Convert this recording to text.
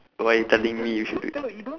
why you telling me you should do it